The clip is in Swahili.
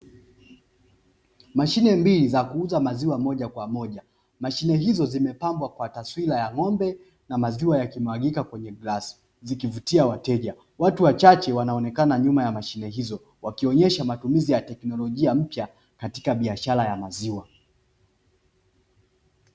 Mashine mbili za kuuza maziwa moja kwa moja, mashine hizo zimepambwa kwa taswila ya ng'ombe na maziwa yakimwagika kwenye glasi zikuvutia wateja, Watu wachache wanaonekana nyuma ya mashine hizo wakionyesha matumizi ya teknolojia mpya katika biashara ya maziwa.